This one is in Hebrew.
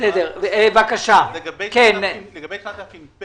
לגבי שנת תש"ף,